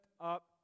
up